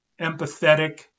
empathetic